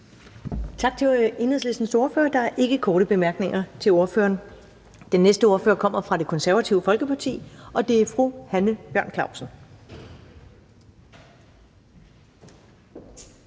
Tak til Enhedslistens ordfører. Der er ikke korte bemærkninger til ordføreren. Den næste ordfører kommer fra Det Konservative Folkeparti, og det er fru Hanne Bjørn-Klausen.